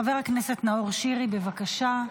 חבר הכנסת נאור שירי, בבקשה,